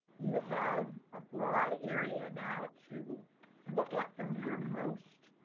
you have a broad area now to look at them your most